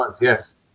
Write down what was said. Yes